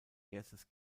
erstes